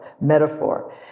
metaphor